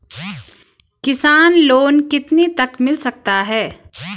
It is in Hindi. किसान लोंन कितने तक मिल सकता है?